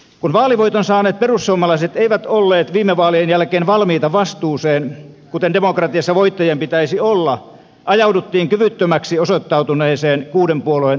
kun vaalivoiton saaneet perussuomalaiset eivät olleet viime vaalien jälkeen valmiita vastuuseen kuten demokratiassa voittajien pitäisi olla ajauduttiin kyvyttömäksi osoittautuneeseen kuuden puolueen enemmistöhallitukseen